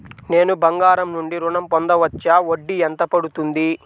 నేను బంగారం నుండి ఋణం పొందవచ్చా? వడ్డీ ఎంత పడుతుంది?